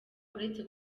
uretse